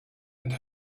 and